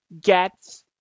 get